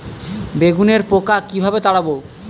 বেগুনের পোকা কিভাবে তাড়াব?